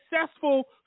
successful